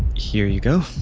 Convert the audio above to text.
here you go